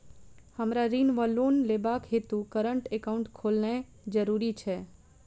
हमरा ऋण वा लोन लेबाक हेतु करेन्ट एकाउंट खोलेनैय जरूरी छै?